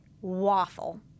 waffle